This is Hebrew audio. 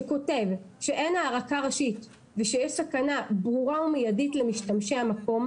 שכותב שאין הארקה ראשית ושיש סכנה ברורה ומיידית למשתמשי המקום,